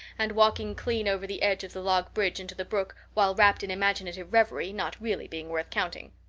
and walking clean over the edge of the log bridge into the brook while wrapped in imaginative reverie, not really being worth counting.